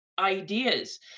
ideas